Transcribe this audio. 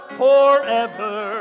forever